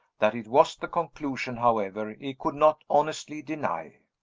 that it was the conclusion, however, he could not honestly deny.